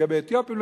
זה לגבי אתיופים,